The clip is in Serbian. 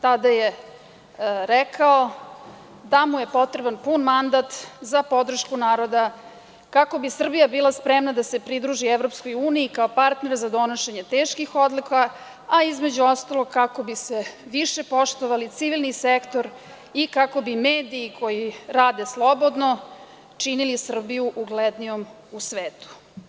Tada je rekao da mu je potreban pun mandat za podršku naroda kako bi Srbija bila spremna da se pridruži EU kao partner za donošenje teških odluka, a između ostalog kako bi se više poštovali civilni sektor i kako bi mediji koji rade slobodno činili Srbiju uglednijom u svetu.